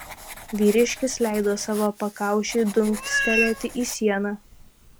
vyriškis leido savo pakaušiui dunkstelėti į sieną